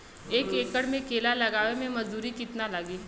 एक एकड़ में केला लगावे में मजदूरी कितना लागी?